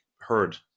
heard